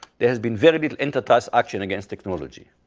there has been very little enterprise action against technology.